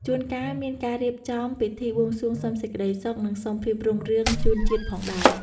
ជួនកាលមានការរៀបចំពិធីបួងសួងសុំសេចក្តីសុខ និងសុំភាពរុងរឿងជូនជាតិផងដែរ។